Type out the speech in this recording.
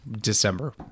December